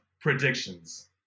predictions